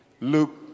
Luke